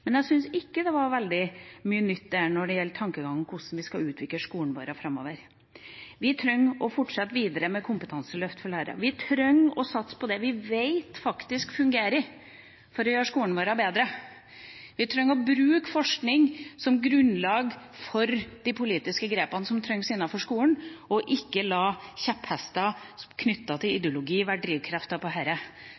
men jeg syns ikke det var veldig mye nytt der når det gjelder tankegang om hvordan vi skal utvikle skolene våre framover. Vi trenger å fortsette med kompetanseløft for lærere, vi trenger å satse på det vi vet faktisk fungerer for å gjøre skolene våre bedre, vi trenger å bruke forskning som grunnlag for de politiske grepene som trengs innenfor skolen, og ikke la kjepphester knyttet til ideologi